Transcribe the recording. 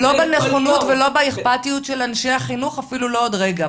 לא בנכונות ולא באיכפתיות של אנשי החינוך אפילו לא עוד רגע.